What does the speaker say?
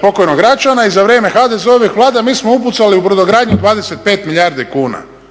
pokojnog Račana i za vrijeme HDZ-ovih vlada mi smo upucali u brodogradnju 25 milijardi kuna